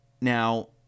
Now